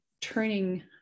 turning